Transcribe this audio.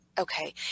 Okay